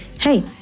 hey